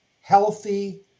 healthy